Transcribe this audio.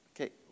Okay